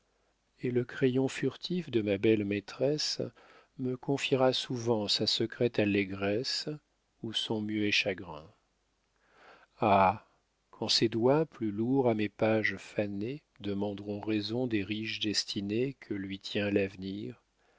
et le crayon furtif de ma belle maîtresse me confîra souvent sa secrète allégresse ou son muet chagrin ah quand ses doigts plus lourds à mes pages fanées demanderont raison des riches destinées que lui tient l'avenir